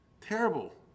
Terrible